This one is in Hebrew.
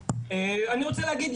אני רוצה להגיד,